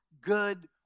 good